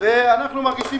מרגישים